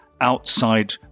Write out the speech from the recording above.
outside